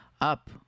up